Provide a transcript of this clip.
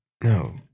no